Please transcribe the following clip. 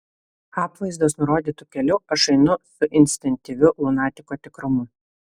apvaizdos nurodytu keliu aš einu su instinktyviu lunatiko tikrumu